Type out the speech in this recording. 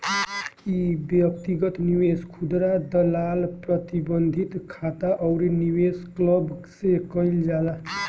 इ व्यक्तिगत निवेश, खुदरा दलाल, प्रतिबंधित खाता अउरी निवेश क्लब से कईल जाला